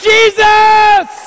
Jesus